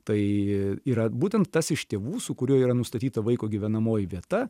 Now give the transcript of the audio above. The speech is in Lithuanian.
tai yra būtent tas iš tėvų su kuriuo yra nustatyta vaiko gyvenamoji vieta